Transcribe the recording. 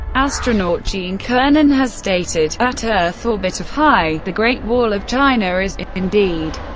astronaut gene cernan has stated at earth orbit of high, the great wall of china is, indeed,